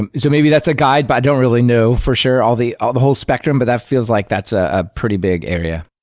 and so maybe that's a guide, but i don't really know for sure the ah the whole spectrum. but that feels like that's ah a pretty big area.